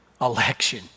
election